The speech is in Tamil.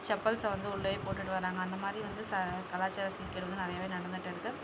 செப்பல்ஸை வந்து உள்ளேயே போட்டுட்டு வர்றாங்க அந்த மாதிரி வந்து ச கலாச்சார சீர்கேடு வந்து நிறையவே நடந்துட்டு இருக்குது